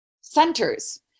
centers